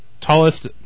tallest